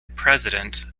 president